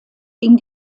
ging